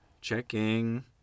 Checking